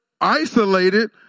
Isolated